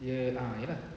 ye lah ye lah